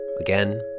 again